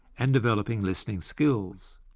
and developing listening skills.